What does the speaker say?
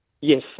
Yes